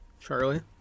Charlie